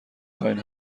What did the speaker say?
خواین